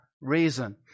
reason